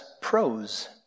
prose